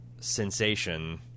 Sensation